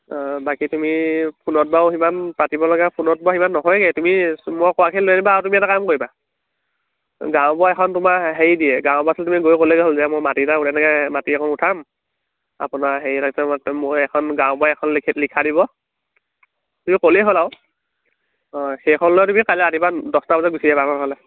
বাকী তুমি ফোনত বাৰু সিমান পাতিবলগীয়া ফোনত বাৰু সিমান নহয়গা তুমি মই কোৱাখিনি লৈ আনিবা আৰু তুমি এটা কাম কৰিবা গাঁওবুঢ়াৰ এখন তোমাৰ হেৰি দিয়ে গাঁওবুঢ়া ওচৰত তুমি গৈ ক'লেগৈ হ'ল যে মই মাটি এটা এনেকৈ মাটি অকণ উঠাম আপোনাৰ হেৰি ম মোক এখন গাঁওবুঢ়াই এখন লিখি লিখা দিব তুমি ক'লেই হ'ল আৰু অঁ সেইখন লৈ তুমি কাইলৈ ৰাতিপুৱা দছটা বজাত গুচি আহিবা আমাৰ ঘৰলৈ